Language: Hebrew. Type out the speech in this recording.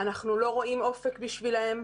אנחנו לא רואים אופק בשבילם.